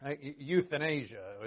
euthanasia